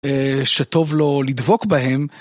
שטוב לא לדבוק בהם.